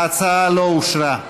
ההצעה לא אושרה.